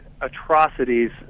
atrocities